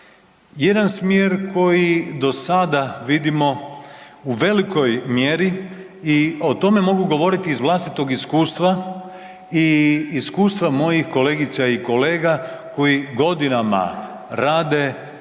Jedan smjer koji do sada vidimo u velikoj mjeri i o tome mogu govoriti iz vlastitog iskustva i iskustva mojih kolegica i kolega koji godinama rade